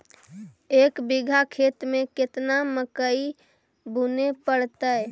एक बिघा खेत में केतना मकई बुने पड़तै?